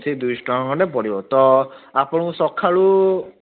ସେଇ ଦୁଇଶହ ଟଙ୍କା ଖଣ୍ଡେ ପଡ଼ିବ ତ ଆପଣଙ୍କୁ ସକାଳୁ